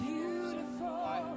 Beautiful